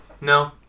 no